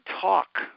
talk